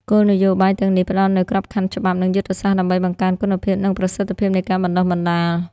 គោលនយោបាយទាំងនេះផ្តល់នូវក្របខណ្ឌច្បាប់ និងយុទ្ធសាស្ត្រដើម្បីបង្កើនគុណភាព និងប្រសិទ្ធភាពនៃការបណ្តុះបណ្តាល។